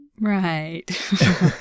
Right